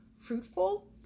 fruitful